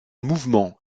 mouvement